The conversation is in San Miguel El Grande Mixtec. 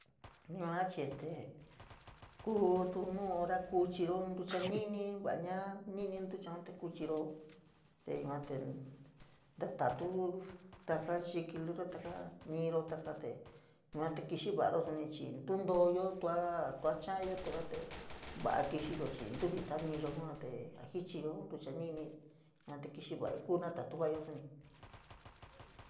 Yua chii este kuutu nu ora kuchiro ín tucha ni’ini vaa ñaa ni’ini te kuchiro te yua te ntetatu taka tíkí luliro, taka ñii taka te yuate kíxii va’aro chii nuntooyo, tua cha’ayo tua te va’a kuxiiro chii ntuvita ñiiyo yua te jaa jichiyo ntucha ni’ni yua te ki xii va’ayo, na tatu va’ayo suni.